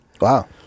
Wow